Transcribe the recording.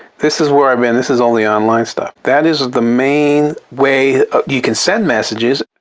this is where i've been. this is all the online stuff. that is the main way you can send messages.